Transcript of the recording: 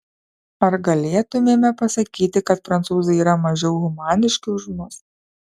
ar galėtumėme pasakyti kad prancūzai yra mažiau humaniški už mus